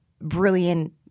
brilliant